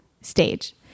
stage